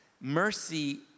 mercy